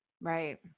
Right